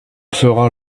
fera